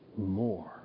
more